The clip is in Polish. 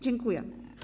Dziękuję.